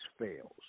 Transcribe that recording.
fails